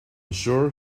sure